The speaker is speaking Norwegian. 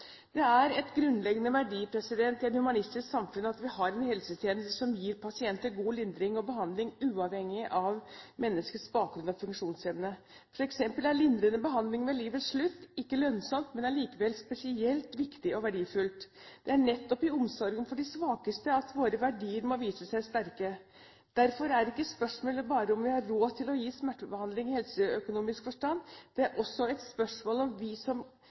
verdi i et humanistisk samfunn at vi har en helsetjeneste som gir pasienter god lindring og behandling uavhengig av menneskets bakgrunn og funksjonsevne, f.eks. er lindrende behandling ved livets slutt ikke lønnsomt, men allikevel spesielt viktig og verdifullt. Det er nettopp i omsorgen for de svakeste at våre verdier må vise seg sterke. Derfor er ikke spørsmålet bare om vi har råd til å gi smertebehandling i helseøkonomisk forstand. Det er også et spørsmål om vi som